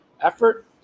effort